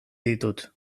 ditut